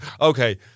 okay